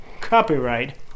copyright